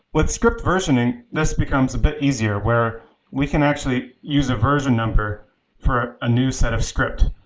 with script versioning, this becomes a bit easier where we can actually use a version number for a new set of script.